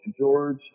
George